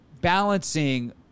balancing